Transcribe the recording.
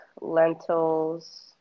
lentils